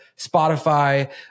Spotify